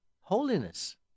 holiness